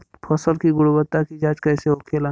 फसल की गुणवत्ता की जांच कैसे होखेला?